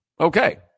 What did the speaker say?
Okay